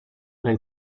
nel